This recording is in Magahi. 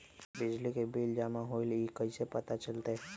बिजली के बिल जमा होईल ई कैसे पता चलतै?